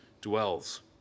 dwells